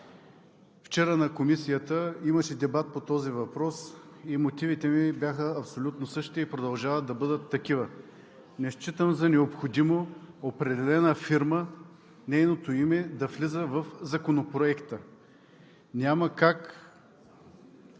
Вчера в Комисията имаше дебат по този въпрос и мотивите ми бяха абсолютно същите и продължават да бъдат такива. Не считам за необходимо името на определена фирма да влиза в Законопроекта. Няма как